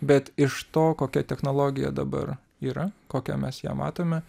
bet iš to kokia technologija dabar yra kokią mes ją matome